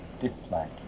Dislike